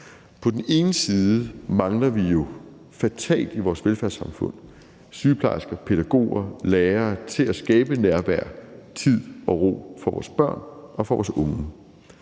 På den ene side mangler vi jo fatalt i vores velfærdssamfund sygeplejersker, pædagoger, lærere til at skabe nærvær, tid og ro for vores børn og for vores unge.